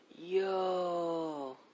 Yo